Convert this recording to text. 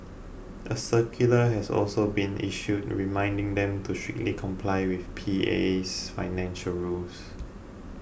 a circular has also been issued reminding them to strictly comply with PA's financial rules